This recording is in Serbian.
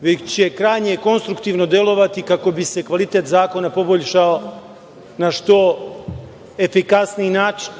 već će krajnje konstruktivno delovati kako bi se kvalitet zakona poboljšao na što efikasniji način.